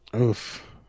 oof